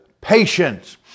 patience